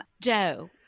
Joe